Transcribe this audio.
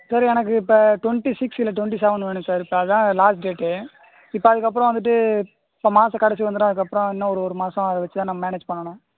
sir எனக்கு இப்போ twenty six இல்லை டுவெண்ட்டி செவன் வேணும் சார் இப்போ அதான் லாஸ்ட் டேட்டு இப்போ அதுக்கப்புறம் வந்துவிட்டு இந்த மாத கடைசி வந்துவிடும் அதுக்கப்பபுறம் இன்னும் ஒரு ஒரு மாதம் அதை வெச்சி தான் நான் மேனேஜ் பண்ணணும்